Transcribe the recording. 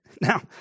Now